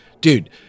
dude